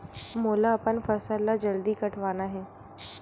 मोला अपन फसल ला जल्दी कटवाना हे?